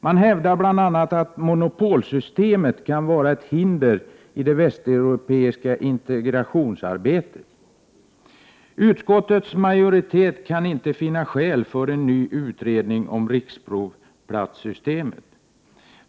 Man hävdar bl.a. att monopolsystemet kan vara ett hinder i det västeuropeiska integrationsarbetet. Utskottets majoritet kaninte finna skäl för en ny utredning om riksprovplatssystemet.